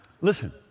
listen